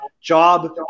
job